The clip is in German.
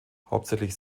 hauptsächlich